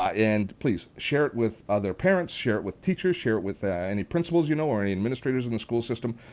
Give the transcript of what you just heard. ah and please share it with other parents, share it with teachers, share it with any principals you know or and administrators in the school system.